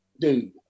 dude